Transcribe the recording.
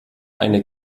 eine